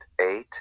eight